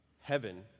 heaven